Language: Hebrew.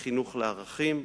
חינוך לערכים,